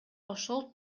ошол